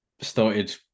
started